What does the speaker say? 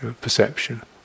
perception